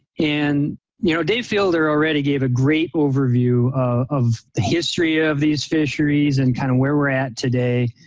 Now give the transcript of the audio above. and you know dave fielder already gave a great overview of the history of these fisheries and kind of where we're at today.